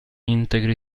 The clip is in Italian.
integri